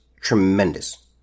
tremendous